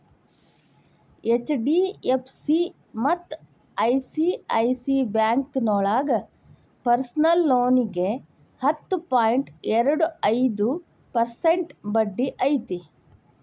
HDFC ಮತ್ತ ICICI ಬ್ಯಾಂಕೋಳಗ personal ಲೋನಿಗಿ ಹತ್ತು ಪಾಯಿಂಟ್ ಎರಡು ಐದು ಪರ್ಸೆಂಟ್ ಬಡ್ಡಿ ಐತಿ